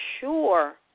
sure